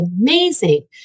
amazing